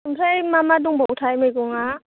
ओमफ्राय मा मा दंबावोथाय मैगंआ